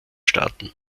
staaten